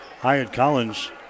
Hyatt-Collins